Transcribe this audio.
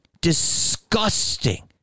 disgusting